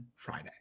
friday